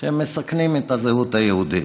שהם מסכנים את הזהות היהודית?